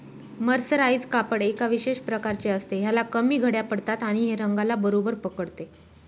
mercerise कापड एका विशेष प्रकारचे असते, ह्याला कमी घड्या पडतात आणि हे रंगाला बरोबर पकडते